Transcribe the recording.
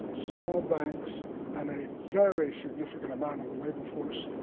small banks and a very significant amount of the labor force,